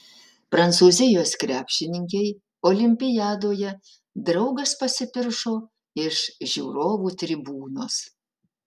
prancūzijos krepšininkei olimpiadoje draugas pasipiršo iš žiūrovų tribūnos